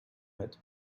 met